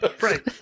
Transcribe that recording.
Right